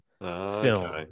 film